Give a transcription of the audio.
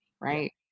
right